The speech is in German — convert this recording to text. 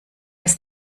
das